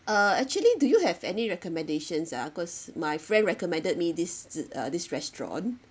uh actually do you have any recommendations ah because my friend recommended me this uh this restaurant